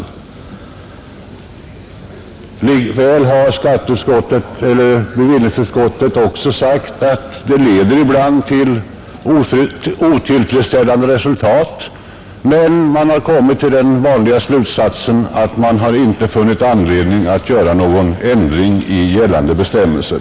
Bevillningsutskottet har också sagt att normerna ibland likväl leder till otillfredsställande resultat, men utskottet har kommit till den vanliga slutsatsen, att man inte funnit anledning att föreslå någon ändring av gällande bestämmelser.